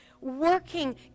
working